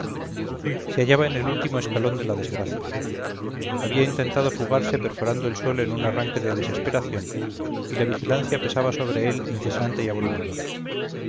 se hallaba en el último escalón de la desgracia había intentado fugarse perforando el suelo en un arranque de desesperación y la vigilancia pesaba sobre él incesante y abrumadora